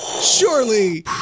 Surely